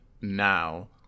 now